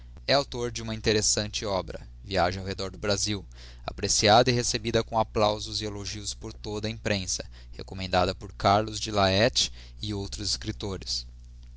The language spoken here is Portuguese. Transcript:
é autor de uma interessante obra viagem ao redor do brasil apreciada e recebida com applausos e elogios por toda a imprensa recommendada por carlos de laet e outros escriptores